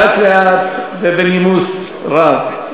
לאט לאט ובנימוס רב,